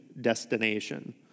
destination